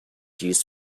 used